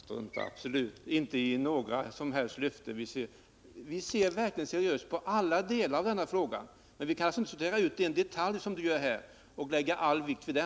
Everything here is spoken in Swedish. Herr talman! Jag struntar absolut inte i några som helst löften. Jag ser verkligt seriöst på alla delar av denna fråga. Men vi kan inte, som Sture Ericson gör, plocka ut en detalj och lägga all vikt vid den.